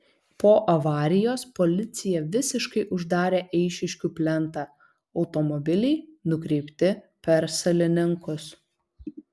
po avarijos policija visiškai uždarė eišiškių plentą automobiliai nukreipti per salininkus